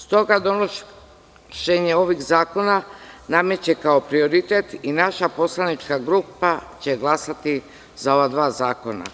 S toga, donošenje ovih zakona nameće kao prioritet i naša poslanička grupa će glasati za ova dva zakona.